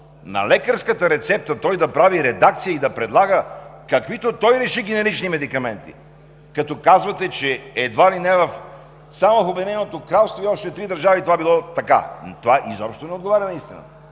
на лекарската рецепта, той да прави редакция и да предлага каквито той реши генерични медикаменти, като казвате, че едва ли не само в Обединеното кралство и още в три държави това било така, изобщо не отговаря на истината.